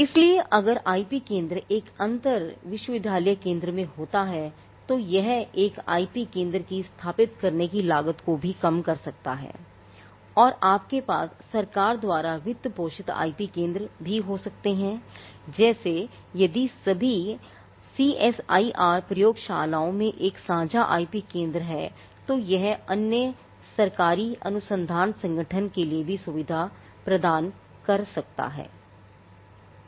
इसलिए अगर आईपी केंद्र एक अंतर विश्वविद्यालय केंद्र में होता है तो यह एक आईपी केंद्र स्थापित करने की लागत को भी कम कर सकता है और आपके पास सरकार द्वारा वित्त पोषित आईपी केंद्र भी हो सकते हैं जैसे यदि सभी सीएसआईआर प्रयोगशालाओं में एक साँझा आईपी केंद्र हैतो यह अन्य सरकारी अनुसंधान संगठन के लिए भी सुविधा प्रदान कर सकता है